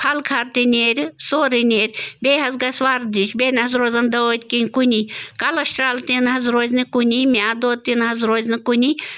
پھل کھار تہِ نیرِ سورٕے نیرِ بیٚیہِ حظ گژھِ وَردِش بیٚیہِ نہٕ حظ روزَن دٲدۍ کِہیٖنۍ کُنی کَلَسٹرٛال تہِ نہٕ حظ روزِ نہٕ کُنی میٛادٕ دود تہِ نہٕ حظ روزِ کُنی